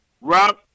Rob